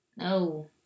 no